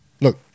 Look